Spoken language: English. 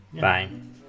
Fine